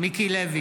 מיקי לוי,